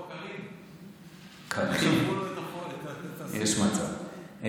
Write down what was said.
יש מצב.